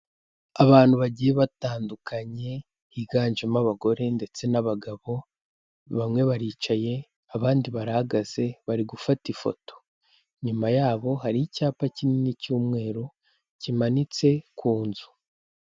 Abantu bagiye batandukanye, higanjemo abagore ndetse n'abagabo, bamwe baricaye, abandi barahagaze, bari gufata ifoto, inyuma yabo hari icyapa kinini cy'umweru kimanitse ku nzu.